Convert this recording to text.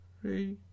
Three